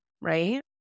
right